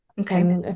Okay